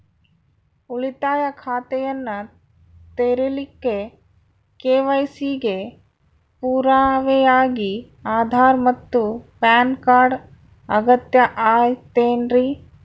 ಉಳಿತಾಯ ಖಾತೆಯನ್ನ ತೆರಿಲಿಕ್ಕೆ ಕೆ.ವೈ.ಸಿ ಗೆ ಪುರಾವೆಯಾಗಿ ಆಧಾರ್ ಮತ್ತು ಪ್ಯಾನ್ ಕಾರ್ಡ್ ಅಗತ್ಯ ಐತೇನ್ರಿ?